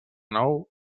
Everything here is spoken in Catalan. nou